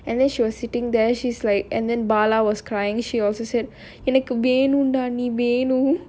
and then she was sitting there she's like and then bala was crying she also said எனக்கு வேணும்டா நீ வேணும்:enakku venumdaa nee venum